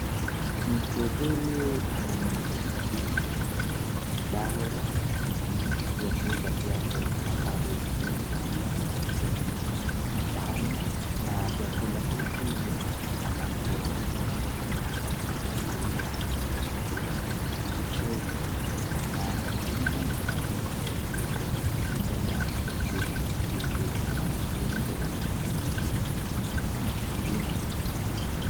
Mtu huyu ananyunyuzia dawa vyakula vyake ambavyo yako kwenye shambani na vyakula hivi vinaonekana kuwa ni vyakula vya mchele. Na ina manufaa tena zaidi kupiga dawa vyakula ili kuepuka ugonjwa wa madudu na ugonjwa mwingine.